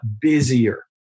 busier